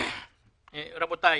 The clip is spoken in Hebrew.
לעובדים.